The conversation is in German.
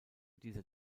dieser